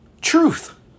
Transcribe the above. Truth